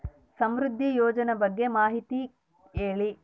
ಸಮೃದ್ಧಿ ಯೋಜನೆ ಬಗ್ಗೆ ಮಾಹಿತಿ ಹೇಳಿ?